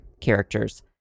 characters